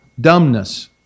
dumbness